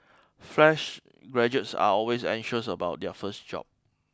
fresh graduates are always anxious about their first job